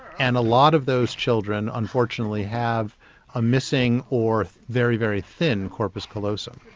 and a lot of those children unfortunately have a missing or very, very thin corpus callosum.